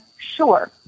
sure